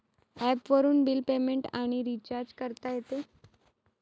ॲपवरून bill payment आणि recharge करता येते